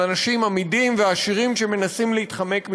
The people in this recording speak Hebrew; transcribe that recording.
על אנשים אמידים ועשירים שמנסים להתחמק מחובות.